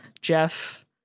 Jeff